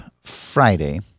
Friday